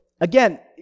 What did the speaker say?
again